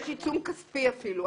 יש עיצום כספי אפילו.